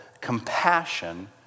compassion